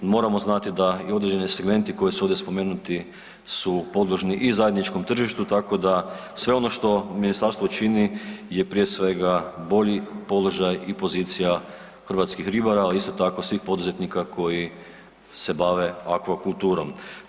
Moramo znati da i određeni segmenti koji su ovdje spomenuti su podložni i zajedničkom tržištu, tako da sve ono što ministarstvo čini je prije svega bolji položaj i pozicija hrvatskih ribara, ali isto tako svih poduzetnika koji se bave akvakulturom.